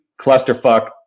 clusterfuck